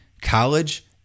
college